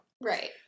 Right